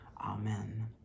Amen